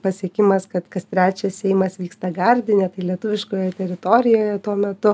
pasiekimas kad kas trečias seimas vyksta gardine tai lietuviškoje teritorijoje tuo metu